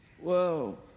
Whoa